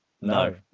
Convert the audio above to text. No